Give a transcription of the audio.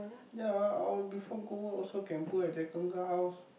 ya I will prefer go work also can put at jack uncle house